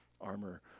armor